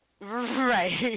right